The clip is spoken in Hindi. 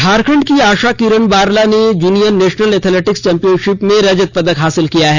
झारखंड की आशा किरण बारला ने जूनियर नेशनल एथलेटिक्स चैंपियनशिप में रजत पदक हासिल किया है